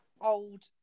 old